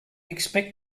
expect